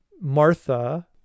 Martha